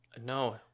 No